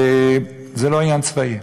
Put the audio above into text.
זה לא עניין צבאי,